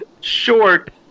short